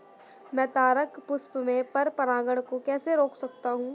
मैं तारक पुष्प में पर परागण को कैसे रोक सकता हूँ?